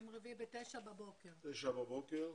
תשע בבוקר.